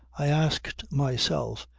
i asked myself,